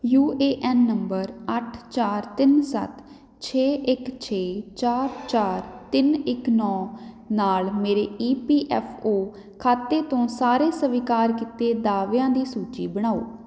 you A N ਨੰਬਰ ਅੱਠ ਚਾਰ ਤਿੰਨ ਸੱਤ ਛੇ ਇਕ ਛੇ ਚਾਰ ਚਾਰ ਤਿੰਨ ਇੱਕ ਨੌ ਨਾਲ ਮੇਰੇ ਈ ਪੀ ਐਫ ਓ ਖਾਤੇ ਤੋਂ ਸਾਰੇ ਸਵੀਕਾਰ ਕੀਤੇ ਦਾਅਵਿਆਂ ਦੀ ਸੂਚੀ ਬਣਾਓ